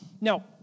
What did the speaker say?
Now